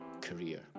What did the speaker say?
career